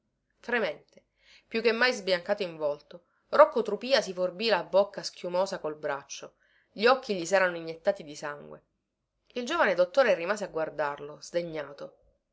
fremente più che mai sbiancato in volto rocco trupìa si forbì la bocca schiumosa col braccio gli occhi gli serano iniettati di sangue il giovane dottore rimase a guardarlo sdegnato